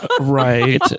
Right